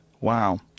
wow